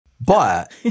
But-